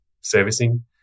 servicing